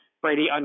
Brady